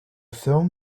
film